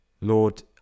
Lord